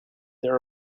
there